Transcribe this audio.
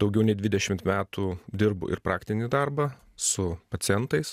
daugiau nei dvidešimt metų dirbu ir praktinį darbą su pacientais